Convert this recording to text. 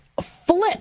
flip